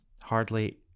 Hardly